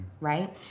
right